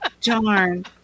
darn